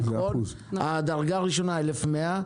הדרגה הראשונה היא 1,100,